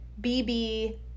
BB